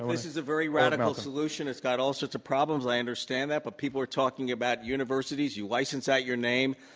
this is a very radical solution. it's got all sorts of problems. i understand that. but people are talking about universities. you license out your name.